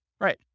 Right